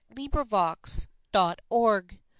LibriVox.org